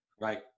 right